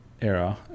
Era